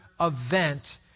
event